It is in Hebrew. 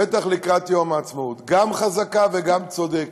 בטח לקראת יום העצמאות, גם חזקה וגם צודקת.